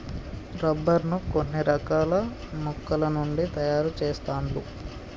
rubber ను కొన్ని రకాల మొక్కల నుండి తాయారు చెస్తాండ్లు